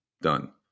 Done